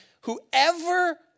whoever